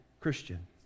Christian